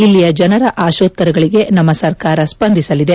ಇಲ್ಲಿಯ ಜನರ ಆಶೋತ್ತರಗಳಿಗೆ ನಮ್ಮ ಸರ್ಕಾರ ಸ್ವಂದಿಸಲಿದೆ